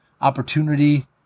opportunity